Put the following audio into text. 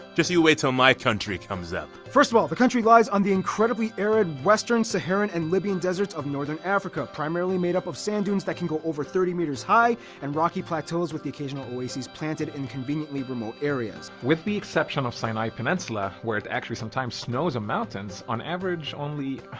just you wait til my country comes up. first of all, the country lies on the incredibly arid western saharan and libyan desert of northern africa, primarily made up of sand dunes that can go over thirty meters high, and rocky plateaus, with the occasional oasis planted in conveniently remote areas. with the exception of sinai peninsula, where it actually sometimes snows in mountains, on average, only,